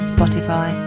Spotify